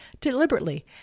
deliberately